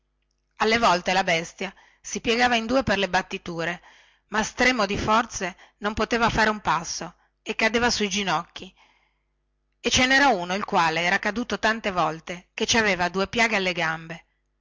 alle volte la bestia si piegava in due per le battiture ma stremo di forze non poteva fare un passo e cadeva sui ginocchi e ce nera uno il quale era caduto tante volte che ci aveva due piaghe alle gambe